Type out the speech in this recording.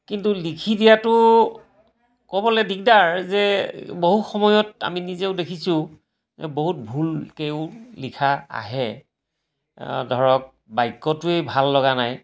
কিন্তু লিখি দিয়াটো ক'বলৈ দিগদাৰ যে বহু সময়ত আমি নিজেও দেখিছোঁ বহুত ভুলকৈও লিখা আহে ধৰক বাক্যটোৱে ভাল লগা নাই